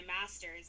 master's